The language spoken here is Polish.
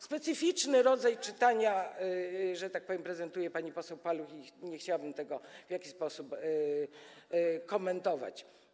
Specyficzny rodzaj czytania, że tak powiem, prezentuje pani poseł Paluch i nie chciałabym tego w żaden sposób komentować.